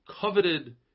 coveted